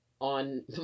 on